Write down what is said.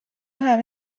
همه